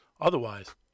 Otherwise